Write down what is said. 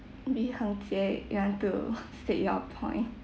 maybe hung-chieh you want to state your point